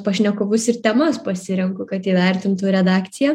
pašnekovus ir temas pasirenku kad įvertintų redakcija